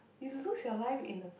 you lose your life in a